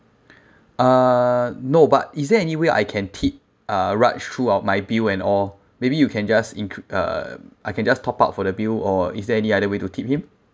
uh no but is there any way I can tip uh raj through out my bill and all maybe you can just inc~ uh I can just top up for the bill or is there any other way to tip him